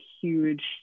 huge